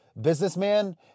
businessman